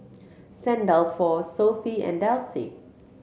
Saint Dalfour Sofy and Delsey